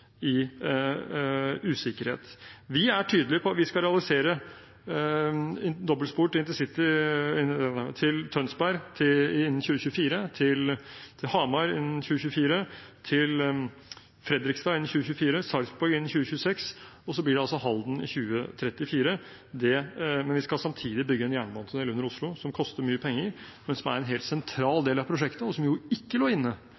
i usikkerhet. Vi er tydelig på at vi skal realisere dobbeltspor til Tønsberg innen 2024, til Hamar innen 2024, til Fredrikstad innen 2024, til Sarpsborg innen 2026 og til Halden innen 2034. Vi skal samtidig bygge en jernbanetunnel under Oslo, som koster mye penger, men som er en helt sentral del av prosjektet, og som ikke lå inne